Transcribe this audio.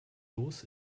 los